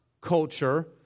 culture